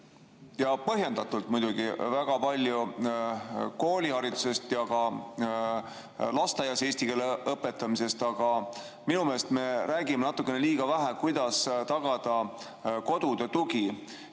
ja põhjendatult muidugi, väga palju kooliharidusest ja ka lasteaias eesti keele õpetamisest, aga minu meelest me räägime natukene liiga vähe, kuidas tagada kodude tugi.